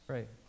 Right